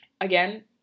again